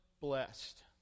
blessed